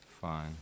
Fine